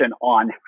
on